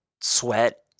sweat